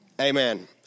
amen